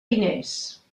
diners